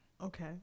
Okay